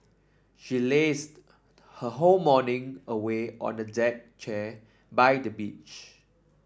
she lazed her whole morning away on a deck chair by the beach